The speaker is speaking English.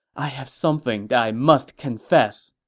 i have something that i must confess.